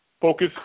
Focus